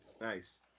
nice